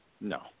No